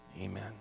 Amen